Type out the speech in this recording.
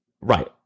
Right